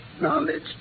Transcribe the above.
knowledge